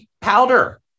powder